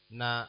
na